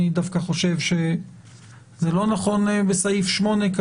אני דווקא חושב שזה לא נכון בסעיף 8 כי,